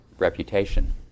Reputation